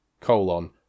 colon